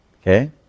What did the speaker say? Okay